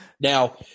Now